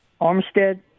Armstead